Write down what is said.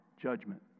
judgment